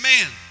amen